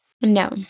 No